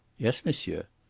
yes, monsieur.